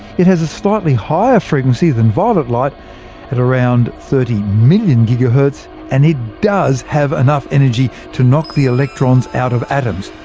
it has a slightly higher frequency than violet light at around thirty million ghz yeah and it does have enough energy to knock the electrons out of atoms.